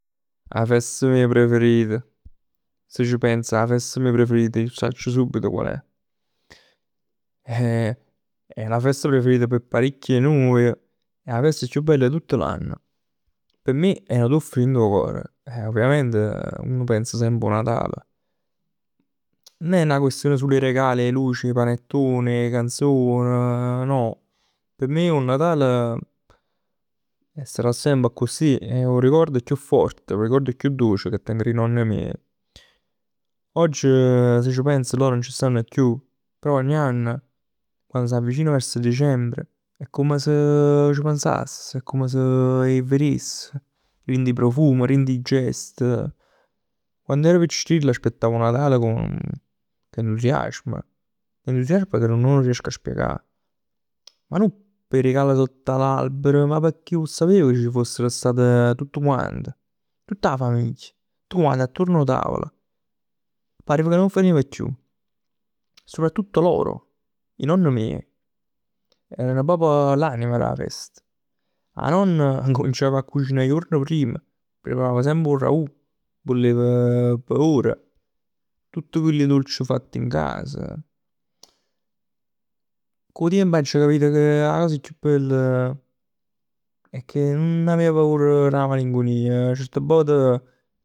'A festa mij preferit. Se c' pens 'a festa mij preferit 'o sacc subito qual è. Eh, è la festa preferita p' paricch' 'e nuje. È 'a festa chiù bell 'e tutt l'anno. P' me è nu tuff dint 'o core. Ovviament uno pens semp 'o Natal. Nun è 'na question sul 'e regal, luci, panettoni, canzoni, no. P' me 'o Natal, e sarà semp accussì, è 'o ricordo chiù forte, è 'o ricordo chiù doce ca teng d' 'e nonni mij. Oggi si ci pens, loro nun c' stann chiù, però ogni anno quann s'avvicina verso Dicembre è come se c' pensass, è come se 'e veress. Dint 'e profum, dint 'e gest. Quann ero piccirill aspettav 'o Natale cu entusiasmo. Entusiasmo che non t' riesco a spiegà. Ma non p' 'e regal sott 'a l'albero, ma pecchè 'o sapev ca c' fosser stat tutt quant. Tutt 'a famiglia. Tutt quant attuorn 'o tavolo. Parev ca nun fenev chiù. Soprattutto loro. 'E nonn meje erano proprj l'anima d' 'a fest. 'A nonn accumenciav a cucinà 'e juorn prima. Preparava semp 'o ragù. Bullev p' ore. Tutt chilli dolci fatti in casa. Cu 'o tiemp aggio capit che 'a cosa chiù bella è che nun avev paur d' 'a malincunia. Certe vote